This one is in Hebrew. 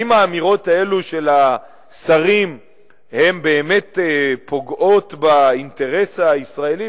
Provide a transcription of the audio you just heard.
האם האמירות האלה של השרים באמת פוגעות באינטרס הישראלי?